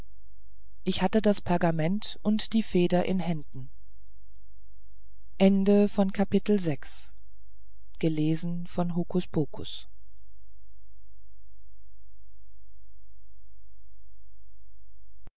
ich hatte das pergament und die feder in händen